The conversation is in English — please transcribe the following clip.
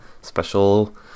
special